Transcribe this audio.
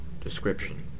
Description